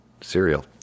cereal